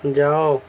ଯାଅ